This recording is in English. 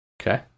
Okay